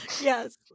Yes